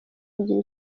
kugira